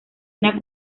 una